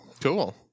Cool